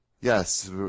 Yes